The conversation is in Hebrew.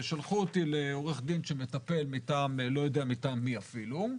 שלחו אותי לעורך דין שמטפל מטעם לא יודע מטעם מי אפילו.